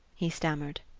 he stammered.